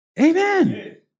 Amen